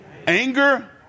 Anger